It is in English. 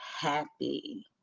Happy